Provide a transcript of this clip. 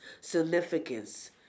significance